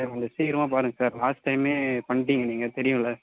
sir கொஞ்சம் சீக்கிரமாக பாருங்கள் சார் லாஸ்ட் டைமே பண்ணிட்டேனீங்க நீங்கள் தெரியுமல்லே